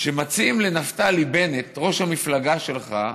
מציעים לנפתלי בנט, ראש המפלגה שלך,